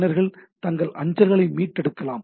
பயனர்கள் தங்கள் அஞ்சல்களை மீட்டெடுக்கலாம்